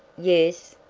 yes.